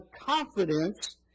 confidence